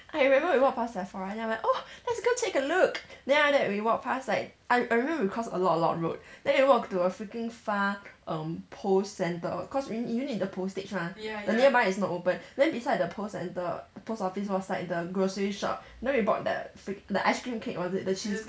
I remember we walked past sephora then we're like oh let's go take a look then after that we walked past like I I remember we cross a lot a lot road then we walk to a freaking far um post centre cause we need you need the postage mah the nearby is not open then beside the post centre post office was like the grocery shop then we bought the fr~ the ice cream cake was it the cheesecake